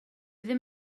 ddim